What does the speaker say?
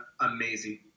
amazing